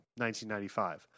1995